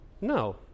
No